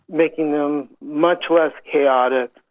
making them much less chaotic,